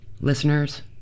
Listeners